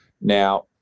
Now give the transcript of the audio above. now